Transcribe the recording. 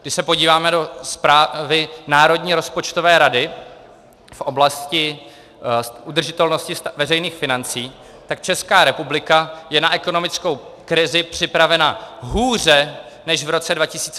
Když se podíváme do zprávy Národní rozpočtové rady v oblasti udržitelnosti veřejných financí, tak Česká republika je na ekonomickou krizi připravena hůře než v roce 2008.